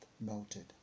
melted